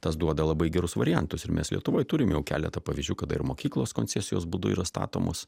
tas duoda labai gerus variantus ir mes lietuvoj turim jau keletą pavyzdžių kada ir mokyklos koncesijos būdu yra statomos